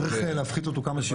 צריך להפחית אותו כמה שיותר,